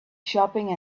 shopping